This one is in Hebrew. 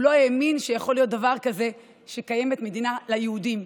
הוא לא האמין שיכול להיות דבר כזה שקיימת מדינה ליהודים.